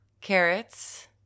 Carrots